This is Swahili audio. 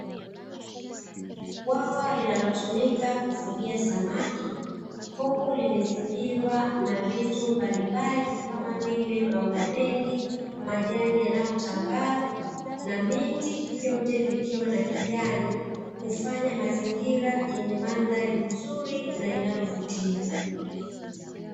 Bwawa linalotumika kufugia samaki huku limezingirwa na vitu mbalimbali kama vile, maua mengi, majani yanayo tambaa na miti vyote vikiwa na kijani hufanaya mazingira yenye mandhali nzuri na inayovutia.